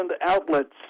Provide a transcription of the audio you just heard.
outlets